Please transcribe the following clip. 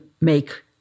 make